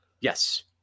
Yes